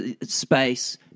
space